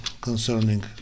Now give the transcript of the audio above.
concerning